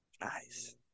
Nice